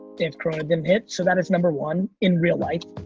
if corona didn't hit. so that is number one, in real life.